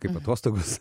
kaip atostogos